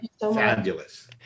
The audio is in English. fabulous